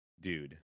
Dude